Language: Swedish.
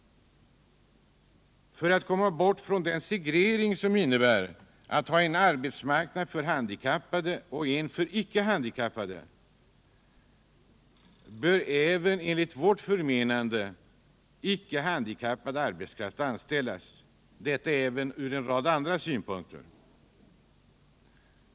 För att komma bort ifrån den segregering som innebär att ha en arbetsmarknad för handikappade och en för icke handikappade bör enligt vårt förmenande även icke handikappad arbetskraft anställas. Detta gäller även från en rad andra synpunkter.